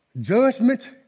judgment